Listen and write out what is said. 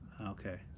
okay